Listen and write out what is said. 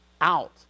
out